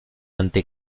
ante